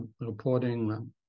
reporting